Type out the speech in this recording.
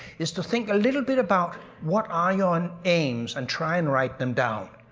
is to think a little bit about what are your and aims and try and write them down.